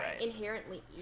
inherently